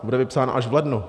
Bude vypsána až v lednu.